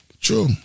true